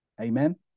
amen